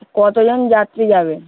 কতজন যাত্রী যাবেন